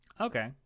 Okay